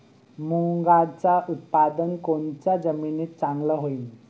मुंगाचं उत्पादन कोनच्या जमीनीत चांगलं होईन?